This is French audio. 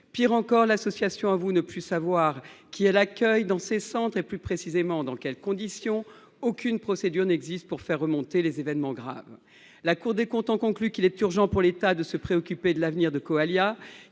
Pis encore, l’association avoue ne plus savoir qui elle accueille dans ses centres et, plus précisément, dans quelles conditions : aucune procédure n’existe pour faire remonter d’éventuels événements graves. La Cour des comptes en conclut qu’il est urgent pour l’État de se préoccuper de l’avenir de Coallia,